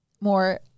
more